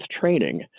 training